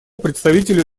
представителю